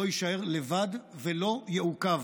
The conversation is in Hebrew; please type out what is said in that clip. לא יישאר לבד ולא יעוכב.